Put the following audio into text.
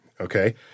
okay